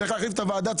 צריך להחליף את הוועדה,